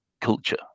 culture